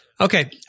Okay